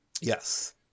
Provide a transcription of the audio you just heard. Yes